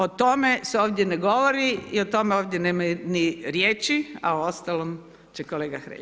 O tome se ovdje ne govori, i o tome ovdje nema ni riječi, a o ostalom će kolega Hrelja.